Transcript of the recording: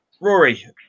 Rory